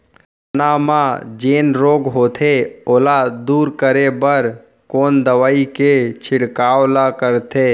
चना म जेन रोग होथे ओला दूर करे बर कोन दवई के छिड़काव ल करथे?